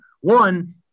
One